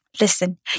Listen